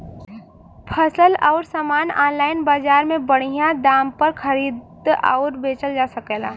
फसल अउर सामान आनलाइन बजार में बढ़िया दाम पर खरीद अउर बेचल जा सकेला